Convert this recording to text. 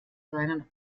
seinen